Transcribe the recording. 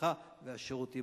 הרווחה והשירותים